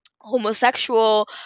homosexual